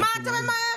מה אתה ממהר?